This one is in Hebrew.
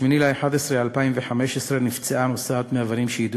ב-8 בנובמבר 2015 נפצעה נוסעת מאבנים שיידו